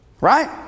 right